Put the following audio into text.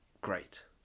great